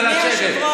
נא לשבת.